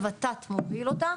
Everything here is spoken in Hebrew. הות"ת מוביל אותה,